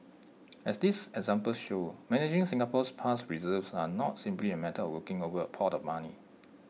as these examples show managing Singapore's past reserves are not simply A matter of looking over A pot of money